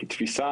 כתפיסה,